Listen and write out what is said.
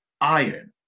iron